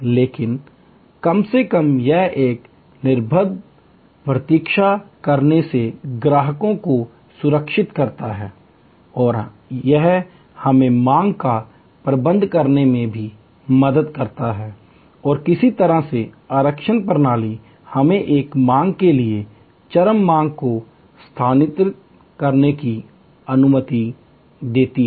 लेकिन कम से कम यह एक निर्बाध प्रतीक्षा करने से ग्राहकों को सुरक्षित करता है और यह हमें मांग का प्रबंधन करने में भी मदद करता है और किसी तरह से आरक्षण प्रणाली हमें एक मांग के लिए चरम मांग को स्थानांतरित करने की अनुमति देती है